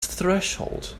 threshold